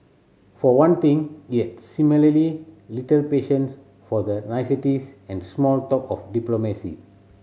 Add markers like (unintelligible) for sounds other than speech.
for one thing he had (unintelligible) little patience for the niceties and small talk of diplomacy